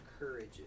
encourages